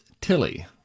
Tilly